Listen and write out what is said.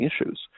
issues